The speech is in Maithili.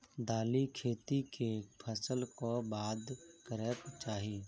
दालि खेती केँ फसल कऽ बाद करै कऽ चाहि?